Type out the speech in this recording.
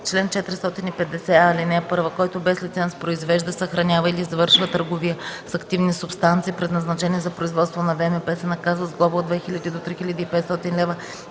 “Чл. 450а. (1) Който без лиценз произвежда, съхранява или извършва търговия с активни субстанции, предназначени за производство на ВМП, се наказва с глоба от 2000 до 3500 лв.,